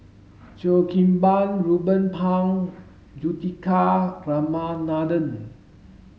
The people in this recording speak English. Cheo Kim Ban Ruben Pang Juthika Ramanathan